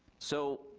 so,